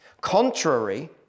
contrary